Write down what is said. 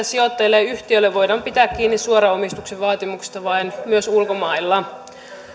sijoittajille ja yhtiöille voidaan pitää kiinni suoran omistuksen vaatimuksista myös ulkomailla